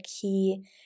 key